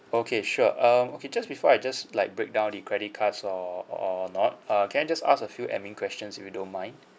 okay sure um okay just before I just like break down the credit cards or or not uh can I just ask a few admin questions if you don't mind